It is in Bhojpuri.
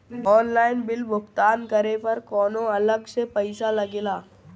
ऑनलाइन बिल भुगतान करे पर कौनो अलग से पईसा लगेला?